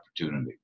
opportunity